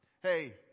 Hey